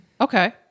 Okay